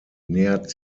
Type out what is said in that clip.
nähert